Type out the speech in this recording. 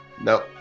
No